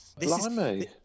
Blimey